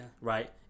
right